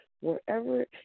wherever